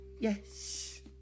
Yes